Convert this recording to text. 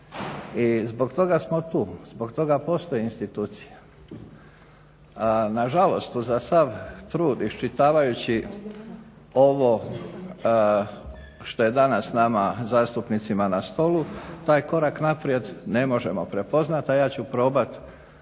i zbog toga smo tu, zbog toga postoji institucija. Nažalost, uz sav trud iščitavajući ovo što je danas zastupnicima na stolu, taj korak naprijed ne možemo prepoznat, a ja ću probat